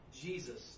Jesus